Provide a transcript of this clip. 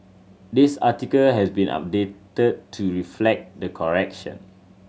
this article has been updated to reflect the correction